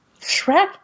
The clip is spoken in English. Shrek